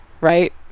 right